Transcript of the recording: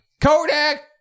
kodak